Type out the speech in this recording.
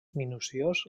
minuciós